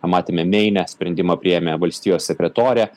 matėme meine sprendimą priėmė valstijos sekretorė